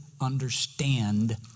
understand